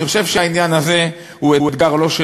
אני חושב כמובן שהעניין הזה הוא אתגר לא של